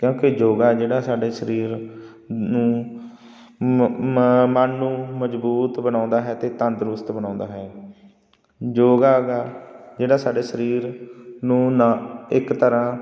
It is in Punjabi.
ਕਿਉਂਕਿ ਯੋਗਾ ਜਿਹੜਾ ਸਾਡੇ ਸਰੀਰ ਨੂੰ ਮਨ ਨੂੰ ਮਜ਼ਬੂਤ ਬਣਾਉਂਦਾ ਹੈ ਅਤੇ ਤੰਦਰੁਸਤ ਬਣਾਉਂਦਾ ਹੈ ਯੋਗਾ ਗਾ ਜਿਹੜਾ ਸਾਡੇ ਸਰੀਰ ਨੂੰ ਨਾ ਇੱਕ ਤਰ੍ਹਾਂ